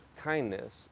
kindness